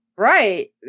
Right